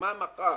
מה מחר?